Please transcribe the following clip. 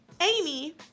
Amy